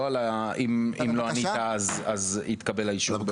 לא על אם לא ענית, אז התקבל האישור.